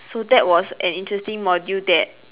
so that was an interesting module that